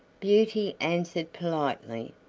beauty answered politely,